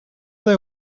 they